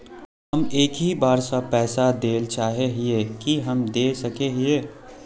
हम एक ही बार सब पैसा देल चाहे हिये की हम दे सके हीये?